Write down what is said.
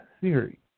theory